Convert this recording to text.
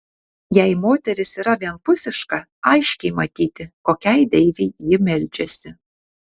jei moteris yra vienpusiška aiškiai matyti kokiai deivei ji meldžiasi